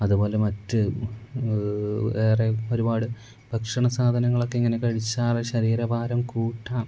അതുപോലെ മറ്റ് വേറെ ഒരുപാട് ഭക്ഷണ സാധനങ്ങളൊക്കെ ഇങ്ങനെ കഴിച്ചാൽ ശരീരഭാരം കൂട്ടാം